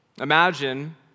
Imagine